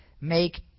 make